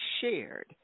shared